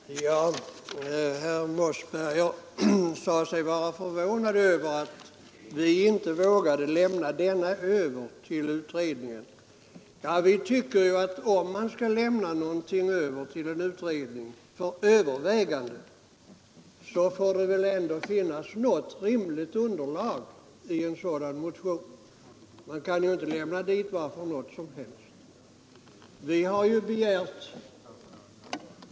Herr talman! Herr Mossberger sade sig vara förvånad att vi inte vågade lämna över motionen till utredningen. Om man skall lämna över en motion till en utredning för övervägande anser vi att det ändå måste finnas något rimligt underlag i den. Man kan inte lämna vad som helst till en utredning.